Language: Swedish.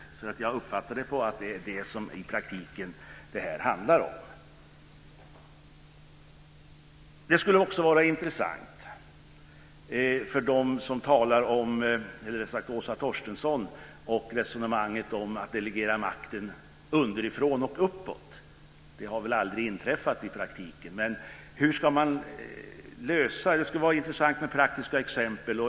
Det är vad jag uppfattar att det i praktiken handlar om. Det resonemang som Åsa Torstensson förde om att delegera makten underifrån och uppåt är också intressant. Det har väl aldrig inträffat i praktiken. Hur ska man lösa det? Det skulle vara intressant med praktiska exempel.